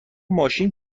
ماشین